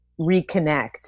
reconnect